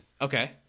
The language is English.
Okay